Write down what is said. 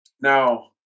now